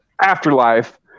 Afterlife